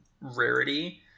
rarity